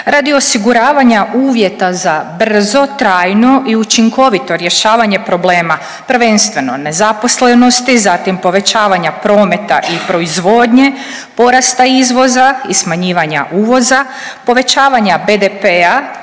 radi osiguravanja uvjeta za brzo, trajno i učinkovito rješavanje problema, prvenstveno nezaposlenosti, zatim povećavanja prometa i proizvodnje, porasta izvoza i smanjivanja uvoza, povećavanja BDP-a,